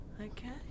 Okay